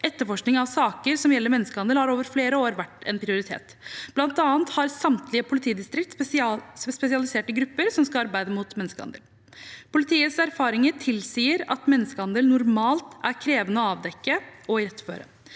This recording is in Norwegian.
Etterforskning av saker som gjelder menneskehandel, har over flere år vært en prioritet. Blant annet har samtlige politidistrikt spesialiserte grupper som skal arbeide mot menneskehandel. Politiets erfaringer tilsier at menneskehandel normalt er krevende å avdekke og iretteføre.